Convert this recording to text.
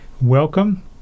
Welcome